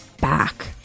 back